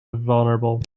vulnerable